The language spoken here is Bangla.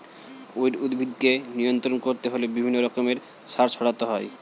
উইড উদ্ভিদকে নিয়ন্ত্রণ করতে হলে বিভিন্ন রকমের সার ছড়াতে হয়